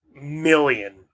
million